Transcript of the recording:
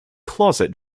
closet